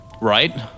Right